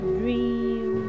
dream